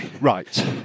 Right